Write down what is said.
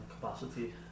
capacity